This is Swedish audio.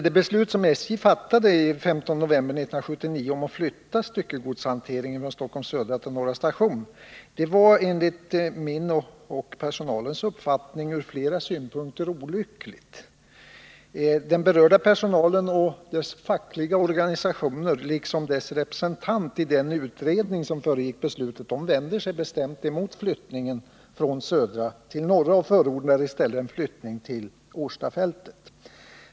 Det beslut som SJ fattade den 15 november 1979 om att flytta styckegodshanteringen från Stockholm Södra till Norra station var enligt min och personalens uppfattning ur flera synpunkter olyckligt. Den berörda personalen och dess fackliga organisationer liksom dess representant i den utredning som föregick beslutet vänder sig bestämt mot flyttningen till Norra station och förordar i stället en flyttning till Årstafältet.